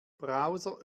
browser